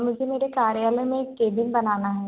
मुझे मेरे कार्यालय में एक केबिन बनाना है